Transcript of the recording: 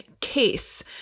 case